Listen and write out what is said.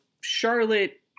Charlotte